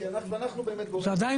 זה עדיין